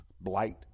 Blight